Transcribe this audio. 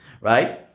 Right